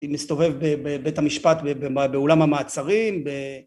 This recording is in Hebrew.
היא מסתובבת בבית המשפט, באולם המעצרים.